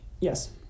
Yes